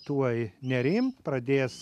tuoj nerimt pradės